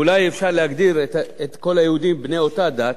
אולי אפשר להגדיר את כל היהודים בני אותה דת?